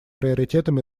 приоритетом